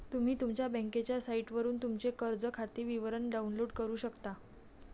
तुम्ही तुमच्या बँकेच्या साइटवरून तुमचे कर्ज खाते विवरण डाउनलोड करू शकता